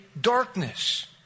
darkness